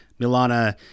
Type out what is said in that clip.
Milana